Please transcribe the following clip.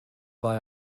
war